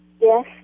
yes